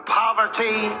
poverty